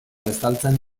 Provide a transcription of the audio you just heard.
estaltzen